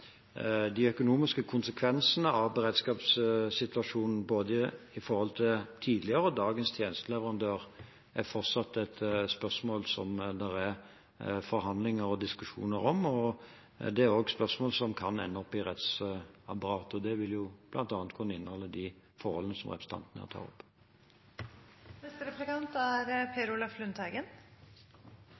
de økonomiske konsekvensene av beredskapssituasjonen, i forhold til både tidligere og dagens tjenesteleverandør, fortsatt et spørsmål som det er forhandlinger og diskusjoner om, og dette er også spørsmål som kan ende opp i rettsapparatet. Det vil bl.a. kunne inneholde de forholdene som representanten her